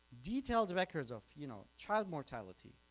detailed records of you know child mortality